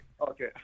Okay